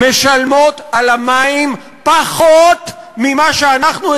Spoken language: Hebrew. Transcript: משלמות על המים פחות ממה שאנחנו,